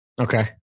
Okay